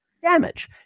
damage